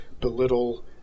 belittle